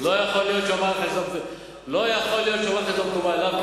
לא יכול להיות שהוא אמר לך שזה לא מקובל עליו,